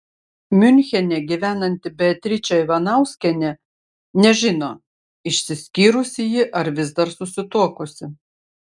miunchene gyvenanti beatričė ivanauskienė nežino išsiskyrusi ji ar vis dar susituokusi